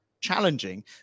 challenging